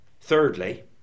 thirdly